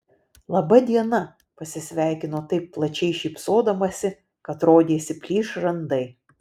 laba diena pasisveikino taip plačiai šypsodamasi kad rodėsi plyš žandai